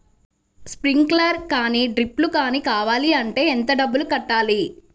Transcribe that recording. Sprinkler కానీ డ్రిప్లు కాని కావాలి అంటే ఎంత డబ్బులు కట్టాలి?